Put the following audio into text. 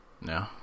No